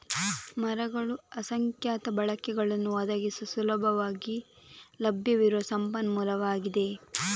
ಮರಗಳು ಅಸಂಖ್ಯಾತ ಬಳಕೆಗಳನ್ನು ಒದಗಿಸುವ ಸುಲಭವಾಗಿ ಲಭ್ಯವಿರುವ ಸಂಪನ್ಮೂಲವಾಗಿದೆ